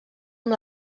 amb